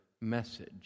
message